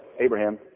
Abraham